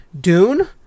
Dune